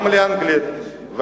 גם לאנגלית,